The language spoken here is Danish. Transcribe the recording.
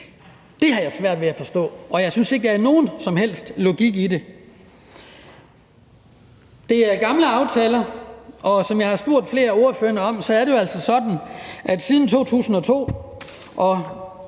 Det har jeg svært ved at forstå, og jeg synes ikke, at der er nogen som helst logik i det. Det er gamle aftaler, og som jeg har spurgt flere af ordførerne om, så er det altså sådan, at siden 2002, og